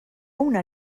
una